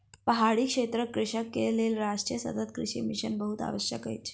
पहाड़ी क्षेत्रक कृषक के लेल राष्ट्रीय सतत कृषि मिशन बहुत आवश्यक अछि